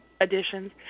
additions